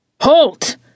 Halt